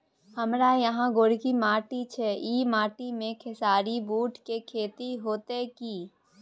हमारा यहाँ गोरकी माटी छै ई माटी में खेसारी, बूट के खेती हौते की?